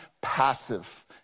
passive